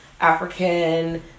African